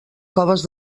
coves